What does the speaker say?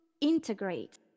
integrate